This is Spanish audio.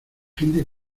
gente